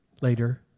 later